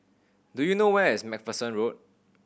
do you know where is Macpherson Road